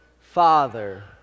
father